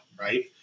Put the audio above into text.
right